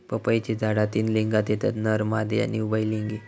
पपईची झाडा तीन लिंगात येतत नर, मादी आणि उभयलिंगी